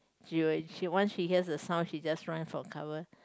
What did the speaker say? she will once she hears a sound she just run for cover